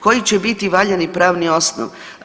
Koji će biti valjani pravni osnov?